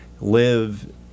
live